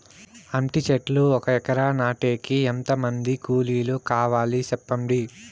అంటి చెట్లు ఒక ఎకరా నాటేకి ఎంత మంది కూలీలు కావాలి? సెప్పండి?